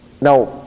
Now